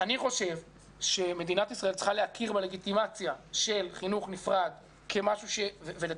אני חושב שמדינת ישראל צריכה להכיר בלגיטימציה של חינוך נפרד ולתקצב